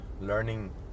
learning